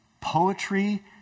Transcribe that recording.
poetry